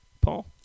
Paul